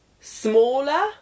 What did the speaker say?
smaller